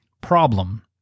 Problem